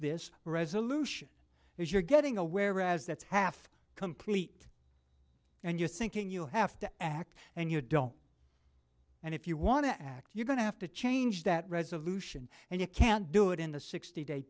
this resolution if you're getting a whereas that's half complete and you're thinking you have to act and you don't and if you want to act you're going to have to change that resolution and you can't do it in the sixty day